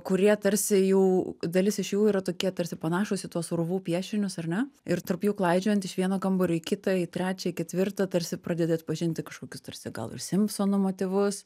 kurie tarsi jau dalis iš jų yra tokie tarsi panašūs į tuos urvų piešinius ar ne ir tarp jų klaidžiojant iš vieno kambario į kitą į trečią į ketvirtą tarsi pradedi atpažinti kažkokius tarsi gal ir simpsono motyvus